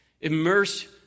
Immerse